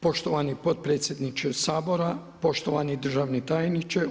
Poštovani potpredsjedniče Sabora, poštovani državni tajniče.